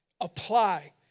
apply